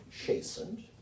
chastened